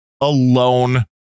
alone